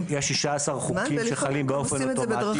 -- יש 16 חוקים שחלים באופן אוטומטי.